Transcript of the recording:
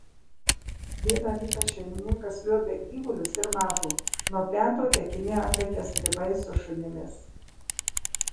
vieną rytą šeimininkas liuobia gyvulius ir mato nuo plento tekini atlekia stribai su šunimis